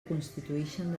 constituïxen